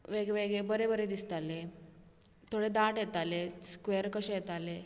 वेग वगळे बरे बरे दिसताले थोडे धाट येताले स्क्वेर कशे येताले